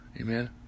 Amen